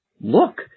look